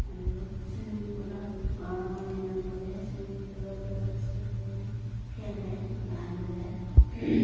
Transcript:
আৰু চুইমিং পুলত গৰমৰ দিনত গ'লে চুইমিং পুলত ল'ৰা ছোৱালীয়ে খেলে গা ধুৱে